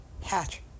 hatch